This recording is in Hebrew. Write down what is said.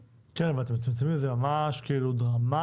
כן, אבל אתם מצמצמים את זה ממש דרמטית.